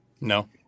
No